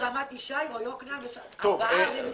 --- יש ארבע ערים מסביב.